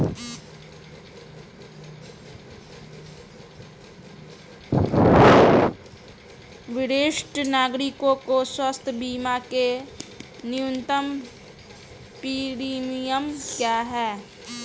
वरिष्ठ नागरिकों के स्वास्थ्य बीमा के लिए न्यूनतम प्रीमियम क्या है?